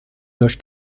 داشت